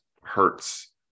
hurts